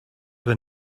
when